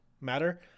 matter